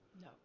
No